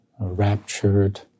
raptured